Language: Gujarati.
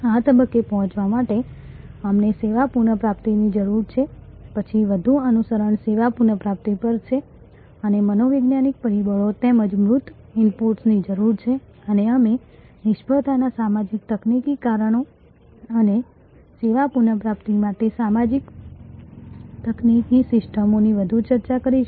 આ તબક્કે પહોંચવા માટે અમને સેવા પુનઃપ્રાપ્તિની જરૂર છે પછી વધુ અનુસરણ સેવા પુનઃપ્રાપ્તિ પર છે અમને મનોવૈજ્ઞાનિક પરિબળો તેમજ મૂર્ત ઇનપુટ્સની જરૂર છે અને અમે નિષ્ફળતાના સામાજિક તકનીકી કારણો અને સેવા પુનઃપ્રાપ્તિ માટે સામાજિક તકનીકી સિસ્ટમો ની વધુ ચર્ચા કરીશું